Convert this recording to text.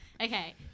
Okay